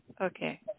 Okay